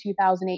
2008